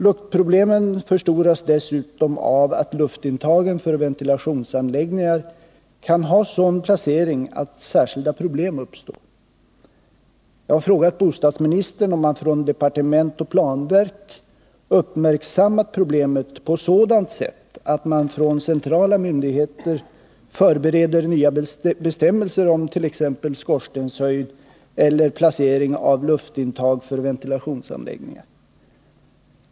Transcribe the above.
Luktproblemen förstoras dessutom av att luftintagen för ventilationsanläggningarna kan ha sådan placering att särskilda problem uppstår. Jag har frågat bostadsministern om man från departement och planverk uppmärksammat problemet på sådant sätt att man från centrala myndigheter förbereder nya bestämmelser om t.ex. skorstenshöjd eller placering av luftintag för ventilationsanläggningar.